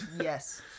Yes